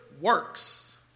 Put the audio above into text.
works